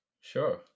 Sure